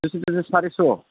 बेसे जागोन सारिस'